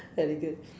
very good